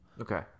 Okay